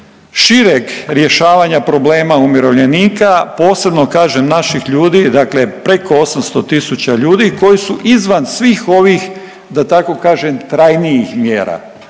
šireg rješavanja problema umirovljenike, posebno kažem, naših ljudi, dakle preko 800 tisuća ljudi koji su izvan svih ovih, da tako kažem, trajnijih mjera.